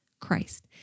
Christ